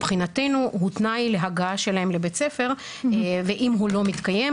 שמבחינתנו הוא תנאי להגעה שלהם לבית הספר ואם הוא לא מתקיים,